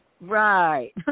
Right